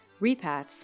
repats